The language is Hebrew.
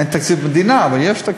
אין תקציב מדינה, אבל יש תקציב.